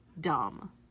dumb